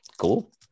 cool